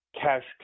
cash